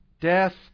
death